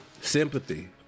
Sympathy